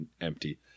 empty